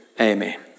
Amen